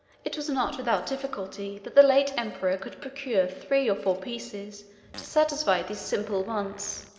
it was not without difficulty that the late emperor could procure three or four pieces to satisfy these simple wants